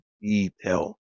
detail